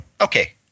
okay